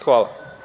Hvala.